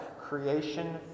Creation